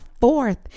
fourth